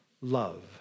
love